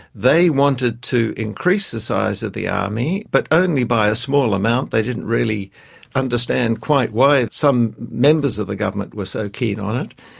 they wanted to increase the size of the army but only by a small amount. they didn't really understand quite why some members of the government were so keen on it.